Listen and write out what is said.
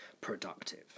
productive